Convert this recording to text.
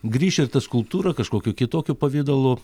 grįš ir ta skulptūra kažkokiu kitokiu pavidalu